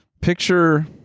picture